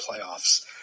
playoffs